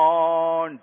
on